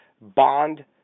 bond